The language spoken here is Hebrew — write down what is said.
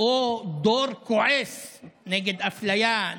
או של דור כועס נגד אפליה,